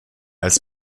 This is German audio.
als